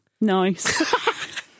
Nice